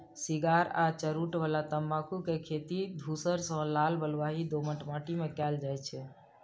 cigar आ चुरूट बला तंबाकू के खेती धूसर सं लाल बलुआही दोमट माटि मे कैल जाइ छै